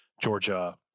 Georgia